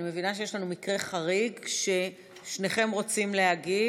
אני מבינה שיש לנו מקרה חריג ששניכם רוצים להגיב,